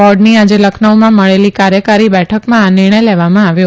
બોર્ડની આજે લખનઉમાં મળેલી કાર્યકારી બેઠકમાં આ નિર્ણથ લેવામાં આવ્યો